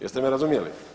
Jeste me razumjeli?